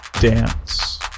dance